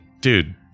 dude